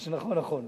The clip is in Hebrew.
מה שנכון נכון.